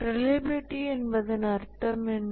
reliability என்பதன் அர்த்தம் என்ன